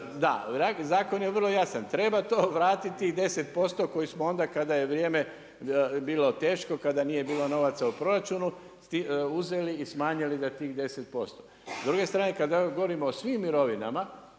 Zakon je vrlo jasan, treba to vratiti tih 10% koji smo onda kada je vrijeme bilo teško, kada nije bilo novaca u proračunu, uzeli i smanjili na tih 10%. S druge strane kada govorimo o svim mirovinama,